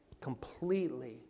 completely